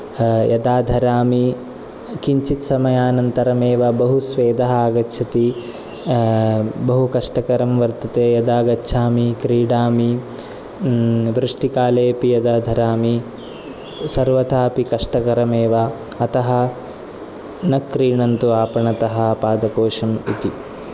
यदा धरामि किञ्चित् समयानन्तरम् एव बहु स्वेदः आगच्छति बहु कष्टकरं वर्तते यदा गच्छामि क्रीडामि वृष्टिकालेपि यदा धरामि सर्वदापि कष्टकरम् एव अतः न क्रीणन्तु आपणतः पादकोशम् इति